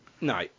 no